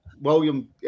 William